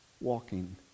walking